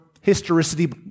historicity